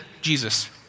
Jesus